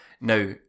Now